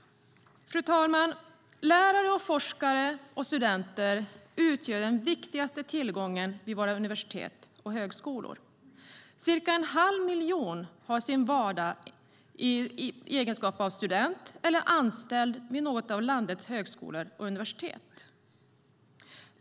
Fru talman! Lärare, forskare och studenter utgör den viktigaste tillgången vid våra universitet och högskolor. Cirka en halv miljon har sin vardag i egenskap av student eller anställd vid någon av landets högskolor och universitet.